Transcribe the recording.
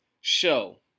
show